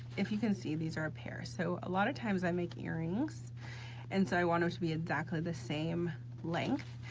if you can see, these are a pairs, so a lot of times i make earrings and so i want her to be exactly the same length.